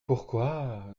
pourquoi